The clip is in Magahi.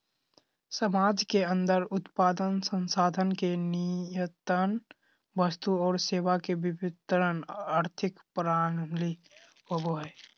समाज के अन्दर उत्पादन, संसाधन के नियतन वस्तु और सेवा के वितरण आर्थिक प्रणाली होवो हइ